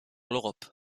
l’europe